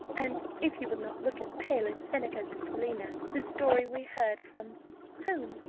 and if you will not look as pale as seneca's paulina, whose story we heard from whom?